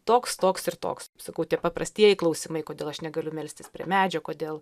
toks toks ir toks sakau tie paprastieji klausimai kodėl aš negaliu melstis prie medžio kodėl